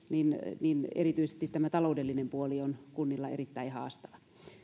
niin niin erityisesti tämä taloudellinen puoli on kunnilla erittäin haastava